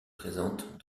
présente